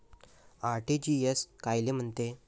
RTGS कायले म्हनते?